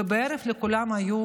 ובערב לכולם היו